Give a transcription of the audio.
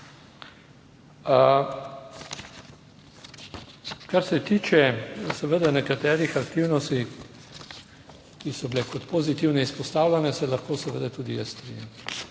Kar se tiče seveda nekaterih aktivnosti, ki so bile kot pozitivne izpostavljene, se lahko seveda tudi jaz strinjam.